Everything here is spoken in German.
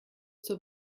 zur